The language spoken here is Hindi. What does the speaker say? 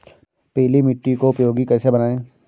पीली मिट्टी को उपयोगी कैसे बनाएँ?